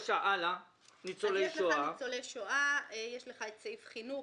יש ניצולי שואה ויש את סעיף חינוך